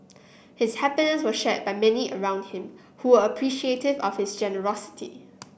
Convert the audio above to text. his happiness was shared by many around him who were appreciative of his generosity